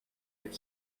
bir